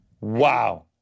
wow